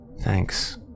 Thanks